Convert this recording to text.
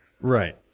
right